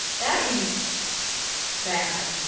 that seems bad.